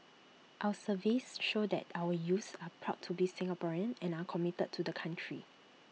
our surveys show that our youths are proud to be Singaporean and are committed to the country